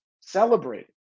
Celebrate